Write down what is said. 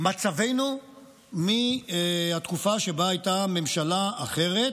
מצבנו מהתקופה שבה הייתה ממשלה אחרת,